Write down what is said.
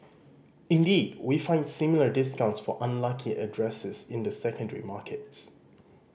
indeed we find similar discounts for unlucky addresses in the secondary markets